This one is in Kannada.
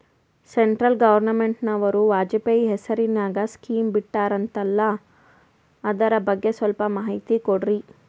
ಸೆಂಟ್ರಲ್ ಗವರ್ನಮೆಂಟನವರು ವಾಜಪೇಯಿ ಹೇಸಿರಿನಾಗ್ಯಾ ಸ್ಕಿಮ್ ಬಿಟ್ಟಾರಂತಲ್ಲ ಅದರ ಬಗ್ಗೆ ಸ್ವಲ್ಪ ಮಾಹಿತಿ ಕೊಡ್ರಿ?